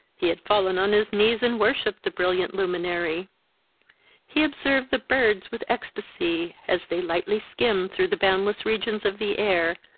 he had fallen on his knees, and worshipped the brilliant luminary he observed the birds with ecstacy, as they lightly skimmed through the boundless regions of the air,